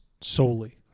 solely